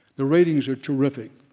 the ratings are terrific,